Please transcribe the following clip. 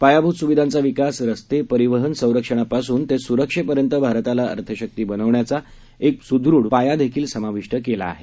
पायाभूत सुविधांचा विकास रस्ते परिवहन संरक्षणापासून ते सुरक्षेपर्यंत भारताला अर्थशक्ती बनवण्याचा एक सुदृढ पायादेखील समाविष्ट केला आहे